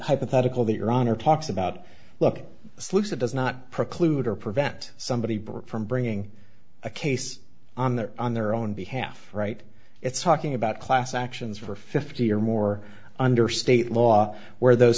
hypothetical that your honor talks about looking slips that does not preclude or prevent somebody from bringing a case on their on their own behalf right it's talking about class actions for fifty or more under state law where those